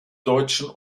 deutschen